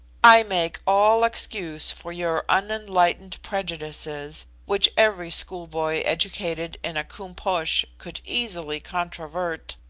i make all excuse for your unenlightened prejudices, which every schoolboy educated in a koom-posh could easily controvert,